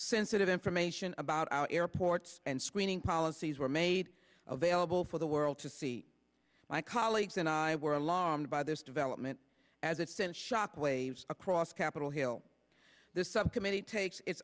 sensitive information about our airports and screening policies were made available for the world to see my colleagues and i were alarmed by this development as it sent shock waves across capitol hill this subcommittee takes its